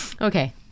Okay